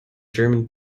german